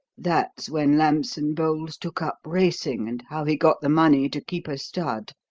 that's when lambson-bowles took up racing, and how he got the money to keep a stud.